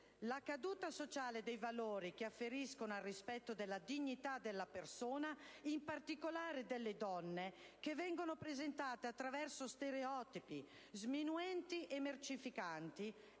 La caduta sociale dei valori che afferiscono al rispetto della dignità della persona, in particolare delle donne, che vengono presentate attraverso stereotipi sminuenti e mercificanti,